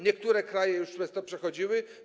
Niektóre kraje już przez to przechodziły.